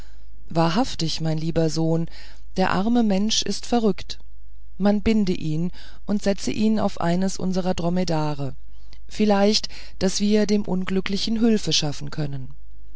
wahrhaftig mein lieber sohn der arme mensch ist verrückt man binde ihn und setze ihn auf eines unserer drometaren vielleicht daß wir dem unglücklichen hülfe schaffen können